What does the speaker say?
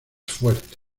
fuerte